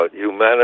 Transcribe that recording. humanity